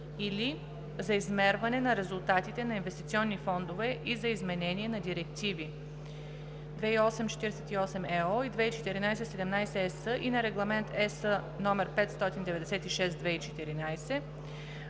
или за измерване на резултатите на инвестиционни фондове, и за изменение на директиви